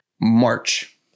March